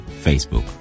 Facebook